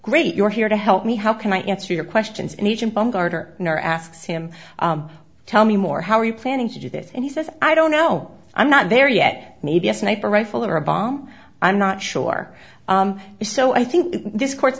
great you're here to help me how can i answer your questions in egypt bumgarner or asks him tell me more how are you planning to do this and he says i don't know i'm not there yet maybe a sniper rifle or a bomb i'm not sure so i think this court